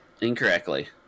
Incorrectly